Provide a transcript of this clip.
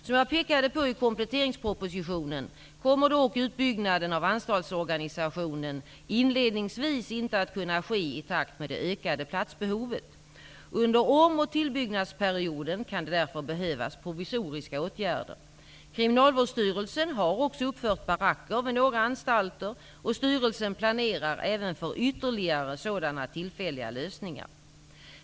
Som jag pekade på i kompletteringspropositionen kommer dock utbyggnaden av anstaltsorganisationen inledningsvis inte att kunna ske i takt med det ökade platsbehovet. Under om och tillbyggnadsperioden kan det därför behövas provisoriska åtgärder. Kriminalvårdsstyrelsen har också uppfört baracker vid några anstalter och styrelsen planerar även för ytterligare sådana tillfälliga lösningar.